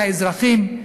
בין האזרחים,